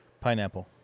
Pineapple